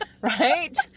right